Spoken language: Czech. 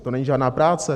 To není žádná práce?